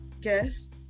guest